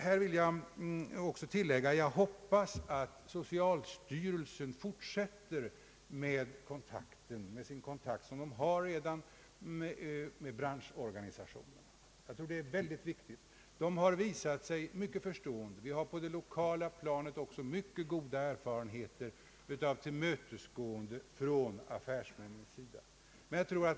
Jag vill tillägga att jag hoppas att socialstyrelsen fortsätter med de kontakter som den redan har med branschorganisationerna. Det är mycket viktigt. De har visat sig mycket förstående. Vi har också på det lokala planet mycket goda erfarenheter av tillmötesgående från affärsmännens sida.